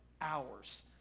hours